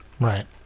right